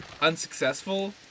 unsuccessful